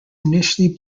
initially